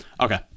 okay